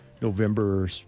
November